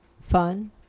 Fun